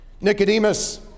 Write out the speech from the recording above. Nicodemus